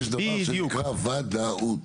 יש דבר שנקרא ודאות.